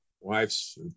wife's